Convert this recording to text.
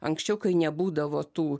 anksčiau kai nebūdavo tų